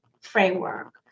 framework